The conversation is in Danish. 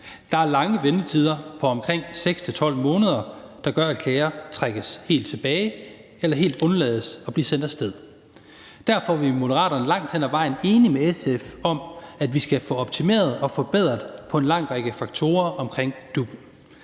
Der er lange ventetider på omkring 6-12 måneder, der gør, at klager trækkes tilbage eller helt undlades at blive sendt af sted. Derfor er vi i Moderaterne langt hen ad vejen enige med SF om, at vi skal optimere og forbedre en lang række faktorer omkring DUP.